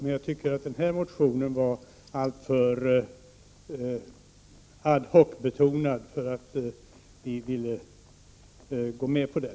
Men jag tycker att den här motionen var alltför ad hoc-betonad för att vi skulle vilja gå med på den.